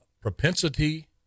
propensity